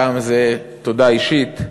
הפעם זו תודה אישית,